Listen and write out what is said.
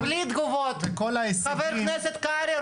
הרב משה כהן מהר